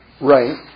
Right